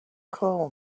call